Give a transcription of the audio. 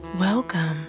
Welcome